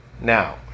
now